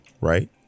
right